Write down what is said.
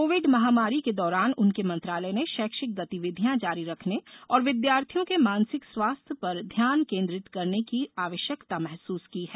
Covid महामारी के दौरान उनके मंत्रालय ने शैक्षिक गतिविधियां जारी रखने और विद्यार्थियों के मानसिक स्वास्थ्य पर ध्यान केन्द्रित करने की आवश्यकता महसूस की है